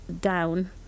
down